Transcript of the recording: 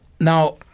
Now